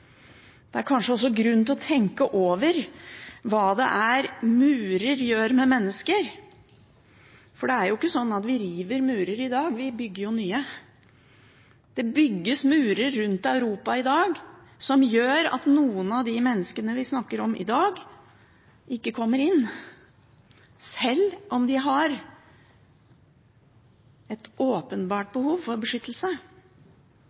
Det er kanskje også grunn til å tenke over hva murer gjør med mennesker. Det er jo ikke slik at vi river murer i dag, vi bygger nye. Det bygges murer rundt Europa i dag som gjør at noen av de menneskene vi snakker om i dag, ikke kommer inn, selv om de har et åpenbart behov for beskyttelse.